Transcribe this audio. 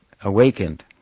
awakened